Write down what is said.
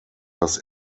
das